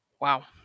Wow